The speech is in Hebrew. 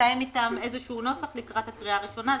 לתאם אתם נוסח לקראת הקריאה הראשונה.